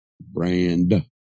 Brand